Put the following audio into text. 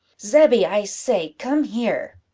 zebby, i say, come here!